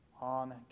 on